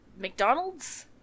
McDonald's